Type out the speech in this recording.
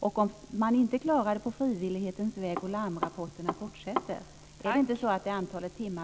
Klarar man det inte på frivillighetens väg och larmrapporterna fortsätter, måste vi inte då ta till antalet timmar?